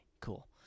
cool